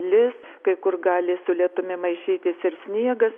lis kai kur gali su lietumi maišytis ir sniegas